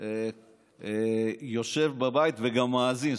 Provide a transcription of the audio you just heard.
חברנו הטוב, יושב בבית וגם מאזין.